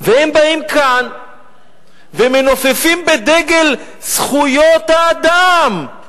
והם באים כאן ומנופפים בדגל זכויות האדם.